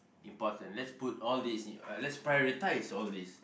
important let's put all these in uh let's prioritise all these